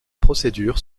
procédure